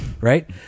Right